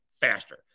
faster